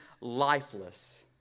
lifeless